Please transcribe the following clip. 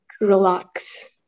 relax